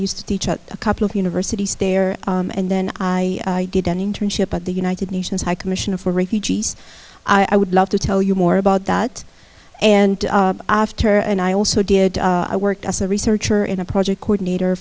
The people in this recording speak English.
used to teach at a couple of university stare and then i did an internship at the united nations high commissioner for refugees i would love to tell you more about that and after and i also did i worked as a researcher in a project coordinator